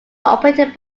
operated